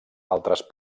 altres